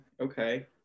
Okay